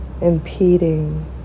impeding